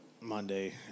Monday